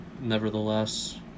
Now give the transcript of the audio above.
Nevertheless